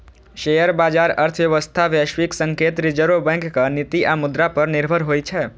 share बाजार अर्थव्यवस्था, वैश्विक संकेत, रिजर्व बैंकक नीति आ मुद्रा पर निर्भर होइ छै